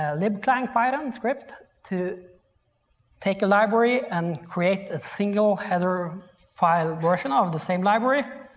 ah libclang python script to take a library and create a single header file version of the same library